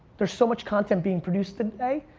there's so much content being produced today,